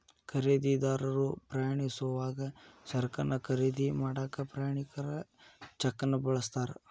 ಖರೇದಿದಾರರು ಪ್ರಯಾಣಿಸೋವಾಗ ಸರಕನ್ನ ಖರೇದಿ ಮಾಡಾಕ ಪ್ರಯಾಣಿಕರ ಚೆಕ್ನ ಬಳಸ್ತಾರ